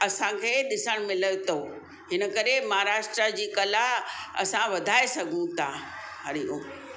असांखे ॾिसण मिले थो हिन करे महाराष्ट्र जी कला असां वधाइ सघूं था हरिओम